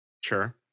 Sure